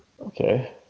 Okay